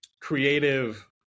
creative